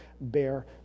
bear